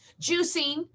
juicing